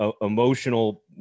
emotional